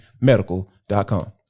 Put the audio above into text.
medical.com